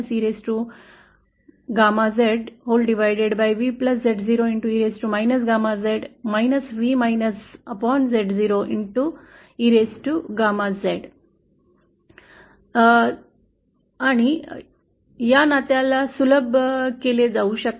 ZVI तर ते आहे आता या नात्यात सुलभ केले जाऊ शकते